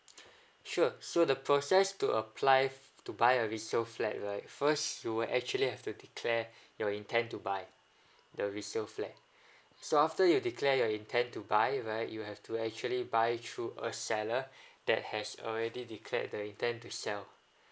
sure so the process to apply to buy a resale flat right first you will actually have to declare your intend to buy the resale flat so after you declare your intend to buy right you'll have to actually buy through a seller that has already declared the intend to sell